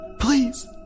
Please